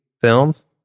films